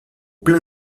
plein